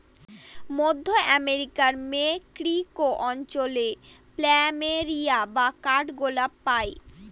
মধ্য আমেরিকার মেক্সিকো অঞ্চলে প্ল্যামেরিয়া বা কাঠগোলাপ পাই